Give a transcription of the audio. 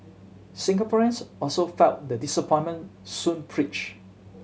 Singaporeans also felt the disappointment Soon preached